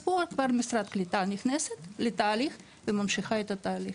אז פה משרד הקליטה נכנסת לתהליך וממשיכה את התהליך.